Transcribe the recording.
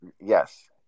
Yes